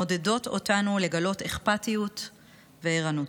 מעודדות אותנו לגלות אכפתיות וערנות.